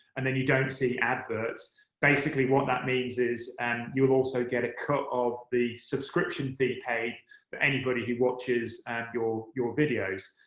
and then you don't see adverts basically, what that means is and you'll also get a cut of the subscription fee paid for anybody who watches your your videos.